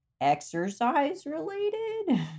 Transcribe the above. exercise-related